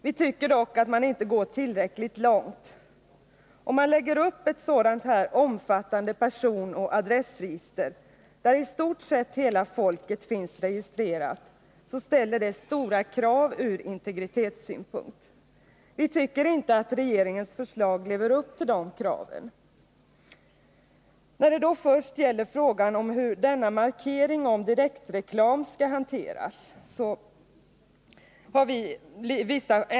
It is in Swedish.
Vi tycker dock att man inte går tillräckligt långt. På ett sådant här omfattande personoch adressregister, där i stort sett hela folket finns registrerat, måste det ställas stora krav ur integritetssynpunkt. Vi tycker inte att regeringens förslag lever upp till de kraven. Först gäller det frågan om hur denna markering om direktreklam skall hanteras.